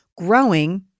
growing